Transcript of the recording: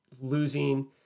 losing